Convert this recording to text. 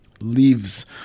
Leaves